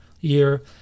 year